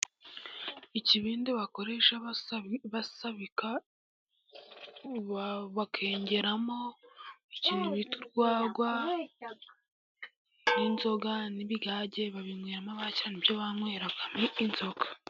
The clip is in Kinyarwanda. Ikibindi bakoresha basabika bakengeramo ikintu bita urwagwa, n'inzoga, n'ibigage babinyweramo ,abakera ni byo banyweragamo inzoga.